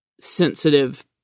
sensitive